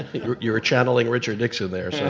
you were channeling richard nixon there so